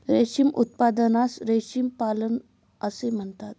रेशीम उत्पादनास रेशीम पालन असे म्हणतात